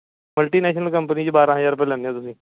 multinational company ਵਿੱਚ ਬਾਰਾਂ ਹਜ਼ਾਰ ਰੁਪਏ ਲੈਂਦੇ ਹੋ ਤੁਸੀਂ